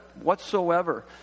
whatsoever